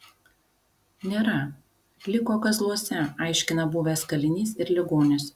nėra liko kazluose aiškina buvęs kalinys ir ligonis